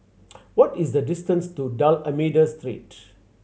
what is the distance to D'Almeida Street